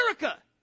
America